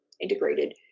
integrated